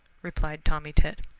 replied tommy tit.